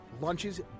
Lunches